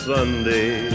Sunday